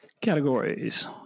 Categories